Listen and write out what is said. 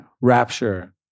Rapture